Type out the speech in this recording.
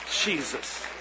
Jesus